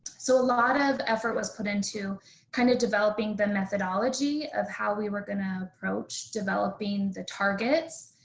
so a lot of effort was put into kind of developing the methodology of how we were going to approach developing the targets.